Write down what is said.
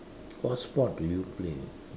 what sport do you play